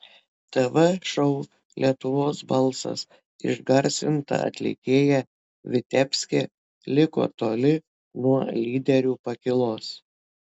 tv šou lietuvos balsas išgarsinta atlikėja vitebske liko toli nuo lyderių pakylos